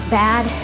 bad